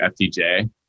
FTJ